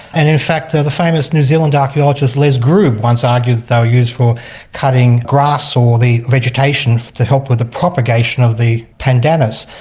and in fact the famous new zealand archaeologist les groube once argued that they were used for cutting grass or the vegetation to help with the propagation of the pandanus.